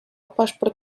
paszport